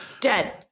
dead